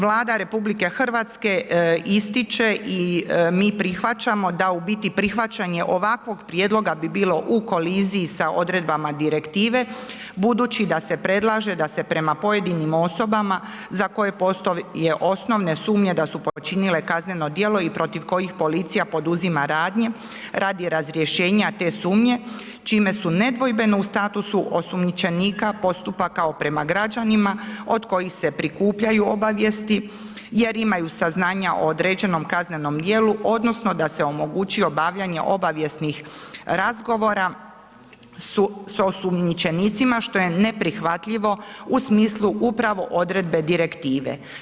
Vlada RH ističe i mi prihvaćamo da u biti prihvaćanje ovakvog prijedloga bi bilo u koliziji sa odredbama direktive budući da se predlaže da se prema pojedinim osobama za koje postoje osnovne sumnje da su počinile kazneno djelo i protiv kojih policija poduzimanja radnje radi razrješenja te sumnje čime su nedvojbeno u statusu osumnjičenika postupa kao prema građanima od kojih se prikupljaju obavijesti jer imaju saznanja o određenom kaznenom djelu odnosno da se omogući obavljanje obavijesnih razgovora sa osumnjičenicima što je neprihvatljivo u smislu upravo odredbe direktive.